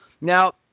Now